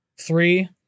three